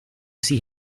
see